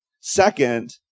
Second